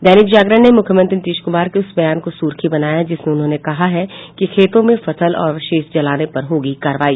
दैनिक जागरण ने मुख्यमंत्री नीतीश कुमार के उस बयान को सुर्खी बनाया है जिसमें उन्होंने कहा है कि खेतों में फसल और अवशेष जलाने पर होगी कार्रवाई